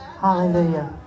Hallelujah